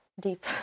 deep